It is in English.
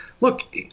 Look